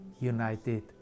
united